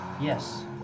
Yes